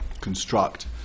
construct